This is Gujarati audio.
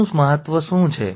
તો મેયોસિસનું મહત્વ શું છે